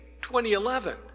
2011